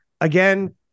again